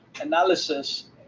analysis